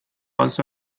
also